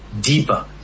deeper